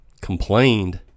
complained